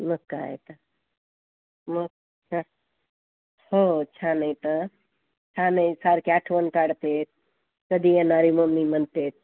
मग काय तर मग छ हो छान आहे तर छान आहे सारखे आठवण काढतात कधी येणार मम्मी म्हणतात